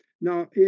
Now